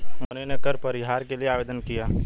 मोहिनी ने कर परिहार के लिए आवेदन किया